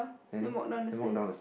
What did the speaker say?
then walk down the stairs